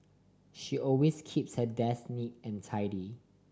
she always keeps her desk neat and tidy